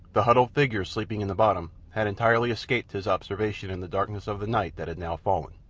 the huddled figure sleeping in the bottom had entirely escaped his observation in the darkness of the night that had now fallen.